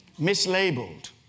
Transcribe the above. mislabeled